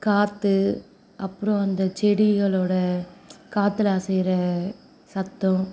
காற்று அப்புறம் அந்த செடிகளோட காற்றுல அசைகிற சத்தம்